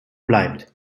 bleibt